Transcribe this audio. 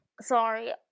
Sorry